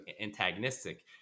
antagonistic